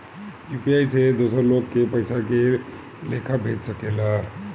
UPI से दोसर लोग के पइसा के लेखा भेज सकेला?